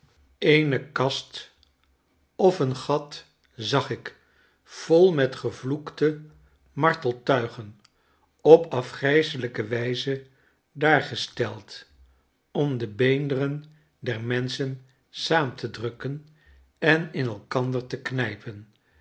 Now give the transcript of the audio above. eene kast of een gat zag ik vol met gevloekte marteltuigen op afgrijselijke wijze daargesteld om de beenderen der menschen saam te drukken en in elkander te knijpen